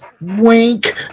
wink